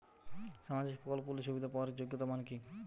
সামাজিক প্রকল্পগুলি সুবিধা পাওয়ার যোগ্যতা মান কি?